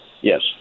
Yes